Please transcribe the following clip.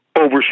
over